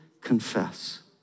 confess